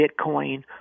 Bitcoin